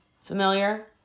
familiar